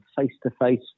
face-to-face